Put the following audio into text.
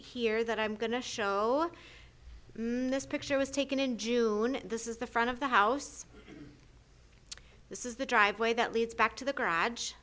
here that i'm going to show this picture was taken in june and this is the front of the house this is the driveway that leads back to the gra